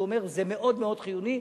והוא אומר: זה מאוד מאוד חיוני,